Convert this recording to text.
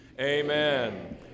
Amen